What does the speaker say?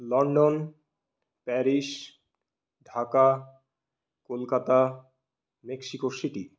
London Paris Dhaka Kolkata Mexico city